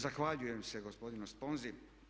Da, zahvaljujem se gospodinu Sponzi.